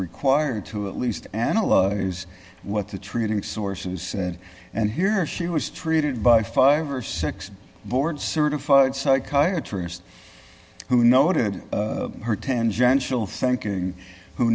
required to at least analyze what the treating sources said and here she was treated by five or six board certified psychiatry asst who noted her tangential thinking who